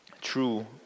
True